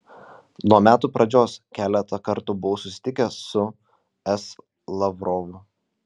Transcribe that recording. nuo metų pradžios keletą kartų buvau susitikęs su s lavrovu